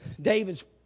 davids